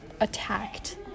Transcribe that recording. attacked